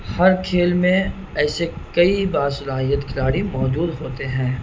ہر کھیل میں ایسے کئی باصلاحیت کھلاڑی موجود ہوتے ہیں